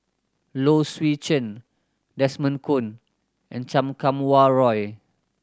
Low Swee Chen Desmond Kon and Chan Kum Wah Roy